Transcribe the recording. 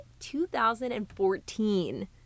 2014